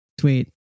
Sweet